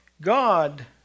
God